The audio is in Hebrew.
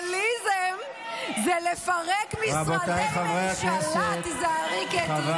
איפה את היית בקדנציה הקודמת?